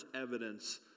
evidence